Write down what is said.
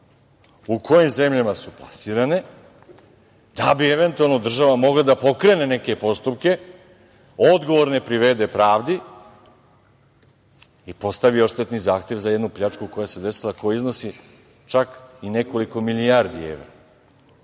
u kojim zemljama su plasirana, da bi eventualno država mogla da pokrene neke postupke, odgovorne privede pravdi i postavi odštetni zahtev za jednu pljačku koja se desila i koja iznosi čak i nekoliko milijardi evra.